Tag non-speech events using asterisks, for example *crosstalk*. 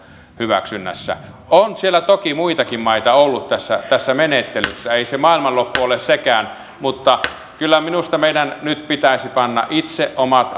hyväksynnässä on siellä toki muitakin maita ollut tässä menettelyssä ei se maailmanloppu ole sekään mutta kyllä minusta meidän nyt pitäisi panna itse omat *unintelligible*